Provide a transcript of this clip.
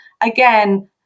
again